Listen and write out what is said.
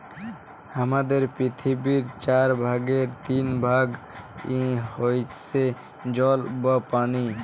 হামাদের পৃথিবীর চার ভাগের তিন ভাগ হইসে জল বা পানি